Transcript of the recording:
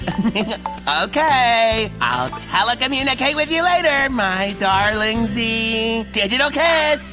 okay, i'll telecommunicate with you later, my darling zee. digital-kiss.